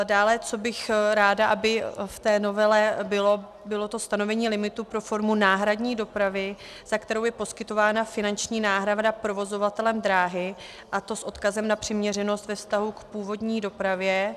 Dále, co bych ráda, aby v té novele bylo stanovení limitu pro formu náhradní dopravy, za kterou je poskytována finanční náhrada provozovatelem dráhy, a to s odkazem na přiměřenost ve vztahu k původní dopravě.